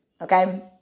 okay